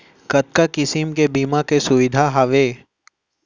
कतका किसिम के बीमा के सुविधा हावे?